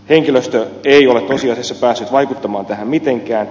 henkilöstö ei ole tosiasiassa päässyt vaikuttamaan tähän mitenkään